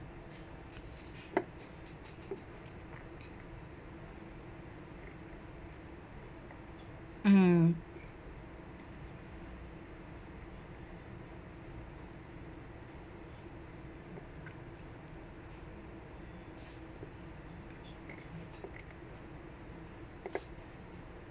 mmhmm